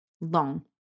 long